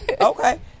Okay